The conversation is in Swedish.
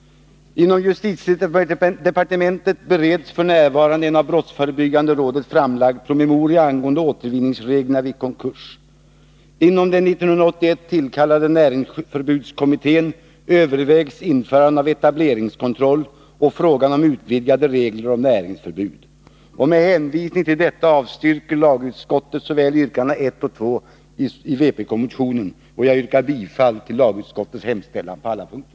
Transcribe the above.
Inom justitiedepartementet bereds en av brottsförebyggande rådet framlagd PM angående återvinningsreglerna vid konkurs. Inom den under 1981 tillsatta näringsförbudskommittén övervägs införandet av etableringskontroll och frågan om utvidgade regler om näringsförbud. Med hänvisning till detta avstyrker lagutskottet yrkandena 1 och 2 i vpk-motionen, och jag yrkar bifall till utskottets hemställan på alla punkter.